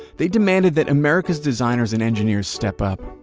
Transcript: they demanded that america's designers and engineers step up.